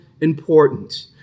important